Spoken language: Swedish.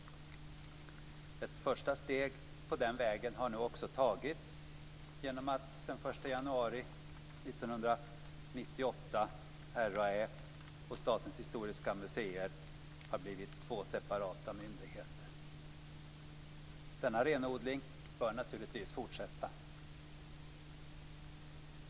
Ett första steg på den vägen har nu tagits genom att sedan den 1 januari 1998 RAÄ och Statens historiska museer är två separata myndigheter. Denna renodling bör naturligtvis fortsätta.